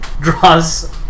Draws